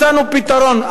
מצאנו פתרון,